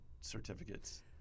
certificates